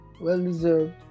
well-deserved